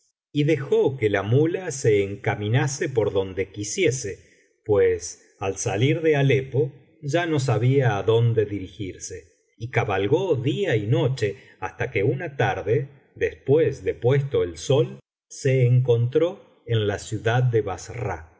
y dejó que la muía se encaminase por donde quisiese pues ai salir de alepo ya no sabía adonde dirigirse y cabalgó día y noche hasta que una tarde después de puesto el sol se encontró en la ciudad de